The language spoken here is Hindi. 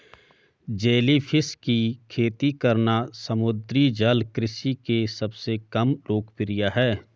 जेलीफिश की खेती करना समुद्री जल कृषि के सबसे कम लोकप्रिय है